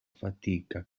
fatica